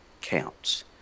counts